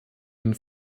ihnen